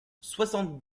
soixante